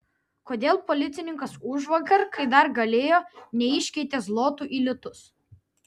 kodėl policininkas užvakar kai dar galėjo neiškeitė zlotų į litus